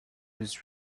was